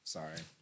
Sorry